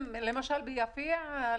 יש היום גם יותר מודעות לשימוש בתחבורה ציבורית.